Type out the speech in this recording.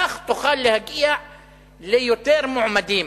כך תוכל להגיע ליותר מועמדים.